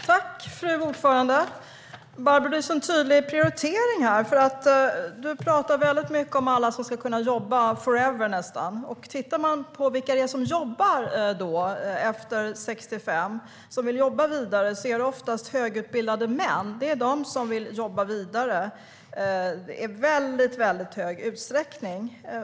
Fru talman! Barbro har så tydliga prioriteringar. Du pratar väldigt mycket om att alla ska kunna jobba nästan forever. Tittar man på vilka det är som jobbar efter 65 år är det oftast högutbildade män. Det är de som vill jobba vidare i väldigt stor utsträckning.